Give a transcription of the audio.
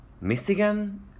Michigan